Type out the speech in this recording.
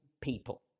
people